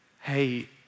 Hey